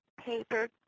paper